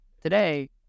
Today